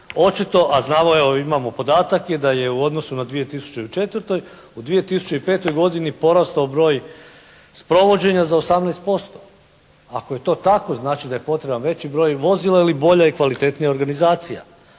očito, a znalo je, evo imamo podatak i da je u odnosu na 2004. u 2005. godini porastao broj sprovođenja za 18%. Ako je to tako znači da je potreban veći broj vozila ili bolja i kvalitetnija organizacija.